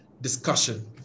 discussion